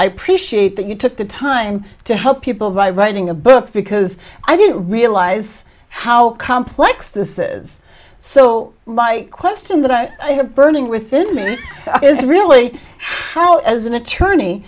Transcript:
i appreciate that you took the time to help people by writing a book because i didn't realize how complex this is so my question that i have burning within me is really how as an attorney